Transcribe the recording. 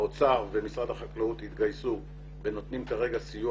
האוצר ומשרד החקלאות התגייסו ונותנים כרגע סיוע